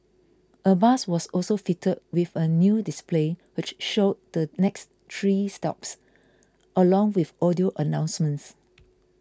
a bus was also fitted with a new display which showed the next three stops along with audio announcements